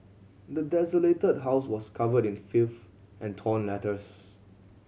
the desolated house was covered in filth and torn letters